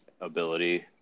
ability